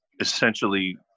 essentially